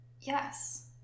Yes